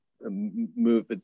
move